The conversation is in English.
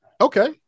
Okay